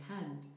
hand